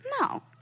No